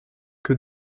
que